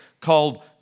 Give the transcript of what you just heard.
called